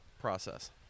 process